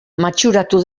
matxuratu